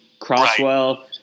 crosswell